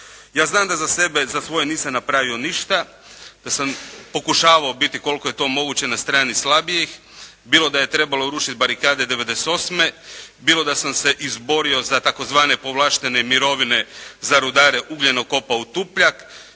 Ja znam da za sebe, za svoje nisam napravio ništa, da sam pokušavao biti koliko je to moguće na strani slabijih bilo da je trebalo rušiti barikade '98., bilo da sam se izborio za tzv. povlaštene mirovine za rudare ugljenokopa u Tupljak,